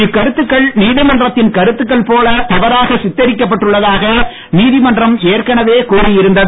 இக்கருத்துக்கள் நீதிமன்றத்தின் கருத்துக்கள் போல தவறாக சித்தரிக்கப்பட்டுள்ளதாக நீதிமன்றம் ஏற்கனவே கூறி இருந்தது